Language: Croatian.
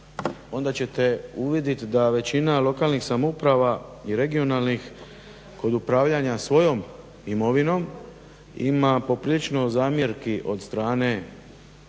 onda ćete uvidit da većina lokalnih samouprava i regionalnih kod upravljanja svojom imovinom ima poprilično zamjerki od strane